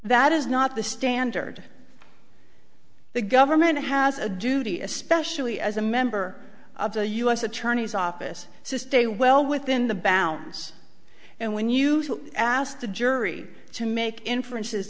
that is not the standard the government has a duty especially as a member of the u s attorney's office so stay well within the bounds and when you ask the jury to make inferences